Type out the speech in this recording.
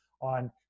on